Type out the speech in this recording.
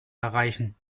erreichen